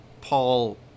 Paul